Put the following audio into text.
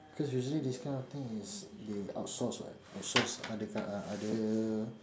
cause usually this kind of thing is they outsource [what] outsource other co~ uh other